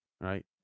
Right